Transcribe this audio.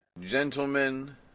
Gentlemen